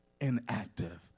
inactive